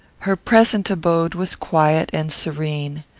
her present abode was quiet and serene.